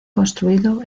construido